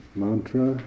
mantra